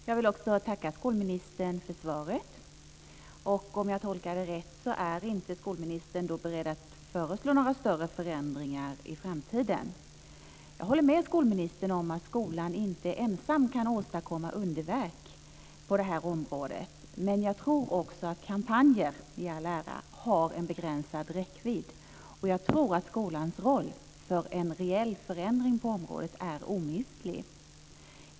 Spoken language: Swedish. Fru talman! Jag vill tacka skolministern för svaret. Om jag tolkar det rätt är inte skolministern beredd att föreslå några större förändringar i framtiden. Jag håller med skolministern om att skolan inte ensam kan åstadkomma underverk på det här området. Kampanjer i alla ära, men jag tror att de också har en begränsad räckvidd. Jag tror att skolans roll i en förändring på området är omistlig.